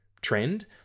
trend